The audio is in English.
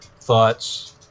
thoughts